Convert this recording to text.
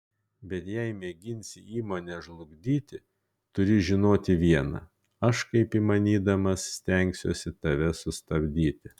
bet jei mėginsi įmonę žlugdyti turi žinoti viena aš kaip įmanydamas stengsiuosi tave sustabdyti